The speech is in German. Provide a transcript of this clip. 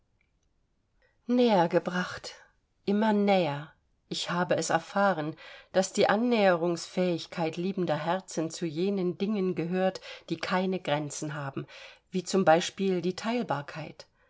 gebracht immer näher ich habe es erfahren daß die annäherungsfähigkeit liebender herzen zu jenen dingen gehört die keine grenzen haben wie zum beispiel die teilbarkeit